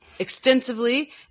extensively